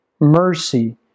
mercy